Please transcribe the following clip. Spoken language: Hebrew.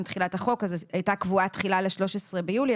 תחילת החוק אז היא הייתה קבועה תחילה ל-13 ביולי,